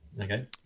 Okay